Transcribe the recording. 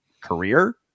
career